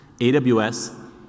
AWS